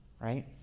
right